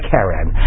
Karen